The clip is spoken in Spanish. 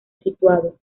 situado